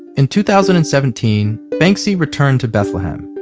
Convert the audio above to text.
in two thousand and seventeen, banksy returned to bethlehem.